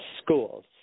schools